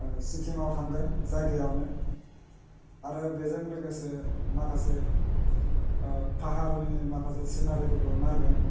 सिक्किमाव थांगोन जायगायावनो आरो बेजों लोगोसे माखासे फाहारनि माखासे सिनारि फोरखौ नायगोन